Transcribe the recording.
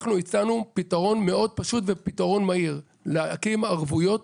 אנחנו הצענו פתרון מאוד פשוט ומהיר, להקים ערבויות